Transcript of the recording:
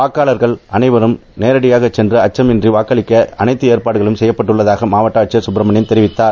வாக்காளர்கள் அனைவரும் நேரடியாக சென்று அச்சமின்றி வாக்களிக்க அனைத்து ஏற்பாடுகளும் செய்யப்பட்டுள்ளதாக மாவட்ட ஆட்சியர் கட்பிமனியம் தெரிவித்தார்